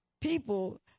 people